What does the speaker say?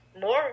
more